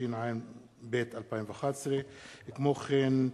התשע"ב 2011. כמו כן,